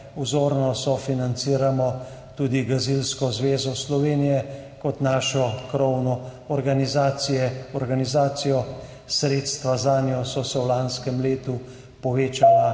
Vzorno sofinanciramo tudi Gasilsko zvezo Slovenije kot našo krovno organizacijo. Sredstva zanjo so se v lanskem letu povečala